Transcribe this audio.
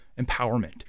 empowerment